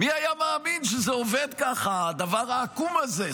מי היה מאמין שזה עובד ככה, הדבר העקום הזה?